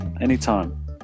Anytime